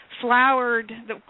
flowered